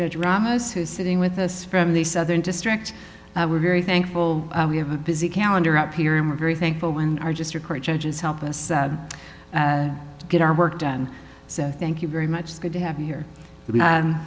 judge ramos who sitting with us from the southern district we're very thankful we have a busy calendar up here and we're very thankful when our district court judges help us get our work done so thank you very much good to have you here